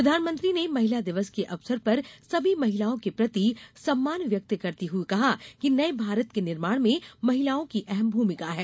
प्रधानमंत्री ने महिला दिवस के अवसर पर सभी महिलाओं के प्रति सम्मान व्यक्त करते हुए कहा कि नए भारत के निर्माण में महिलाओं की अहम भूमिका है